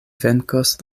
venkos